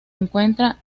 encuentra